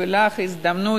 ולך הזדמנות,